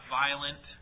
violent